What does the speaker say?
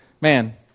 Man